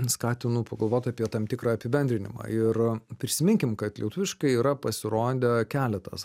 skatinu pagalvot apie tam tikrą apibendrinimą ir prisiminkim kad lietuviškai yra pasirodę keletas